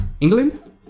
England